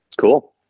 cool